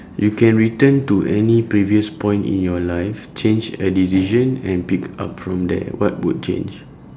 you can return to any previous point in your life change a decision and pick up from there what would change